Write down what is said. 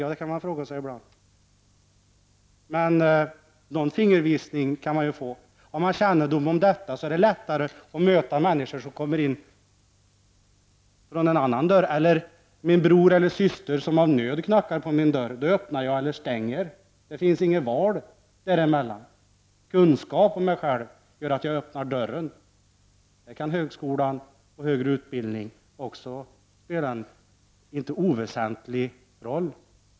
Det kan man fråga sig ibland. Men någon fingervisning kan man ju få. Om man har kännedom om detta är det lättare att möta människor som kommer in genom en annan dörr. Om min bror eller syster av nöd knackar på min dörr, så öppnar jag eller stänger. Det finns inget val däremellan. Kunskap om mig själv gör att jag öppnar dörren. I detta sammanhang kan högskolan och högre utbildning spela en inte oväsentlig roll.